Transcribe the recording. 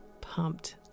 pumped